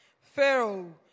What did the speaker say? Pharaoh